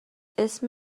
اسم